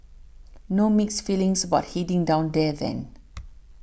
no mixed feelings about heading down there then